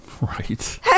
right